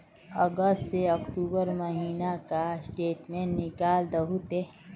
अगस्त से अक्टूबर महीना का स्टेटमेंट निकाल दहु ते?